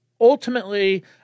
ultimately